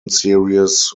series